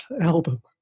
album